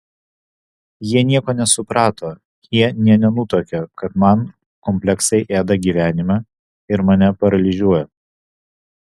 jie nieko nesuprato jie nė nenutuokia kad man kompleksai ėda gyvenimą ir mane paralyžiuoja